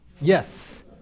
Yes